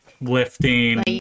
Lifting